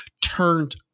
turned